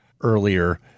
earlier